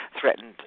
threatened